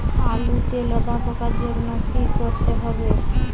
আলুতে লেদা পোকার জন্য কি করতে হবে?